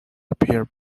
appear